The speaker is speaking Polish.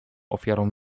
ofiarą